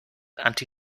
anti